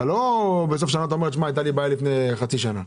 לא שבסוף השנה אתה אומר שהייתה לך בעיה לפני חצי שנה.